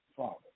Father